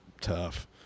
tough